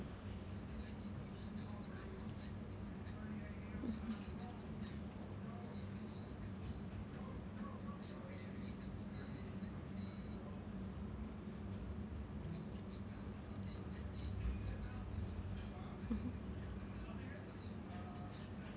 mm mm mmhmm